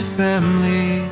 family